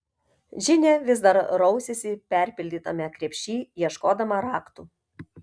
džinė vis dar rausėsi perpildytame krepšy ieškodama raktų